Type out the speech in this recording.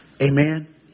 Amen